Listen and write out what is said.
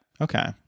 Okay